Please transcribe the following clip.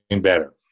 better